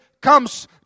comes